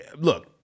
look